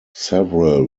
several